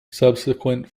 subsequent